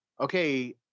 okay